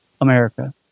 america